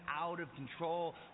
out-of-control